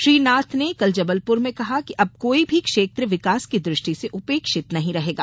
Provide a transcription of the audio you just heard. श्री नाथ ने कल जबलपुर में कहा कि अब कोई भी क्षेत्र विकास की दृष्टि से उपेक्षित नहीं रहेगा